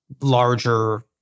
larger